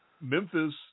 Memphis